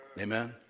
amen